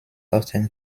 often